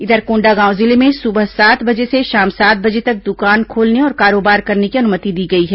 इधर कोंडागांव जिले में सुबह सात बजे से शाम सात बजे तक दुकान खोलने और कारोबार करने की अनुमति दी गई है